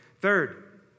Third